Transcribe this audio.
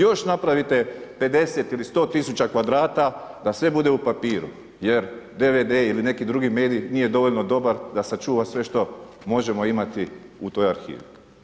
Još napravite 50 ili 100 000 kvadrata da sve bude u papiru jer DVD ili neki drugi medij nije dovoljno dobar da sačuva sve što možemo imati u toj arhivi.